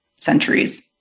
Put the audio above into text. centuries